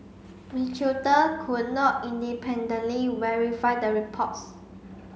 could not independently verify the reports